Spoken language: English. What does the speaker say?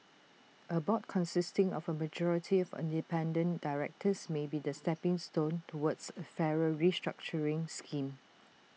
A board consisting of A majority of independent directors may be the stepping stone towards A fairer restructuring scheme